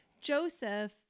Joseph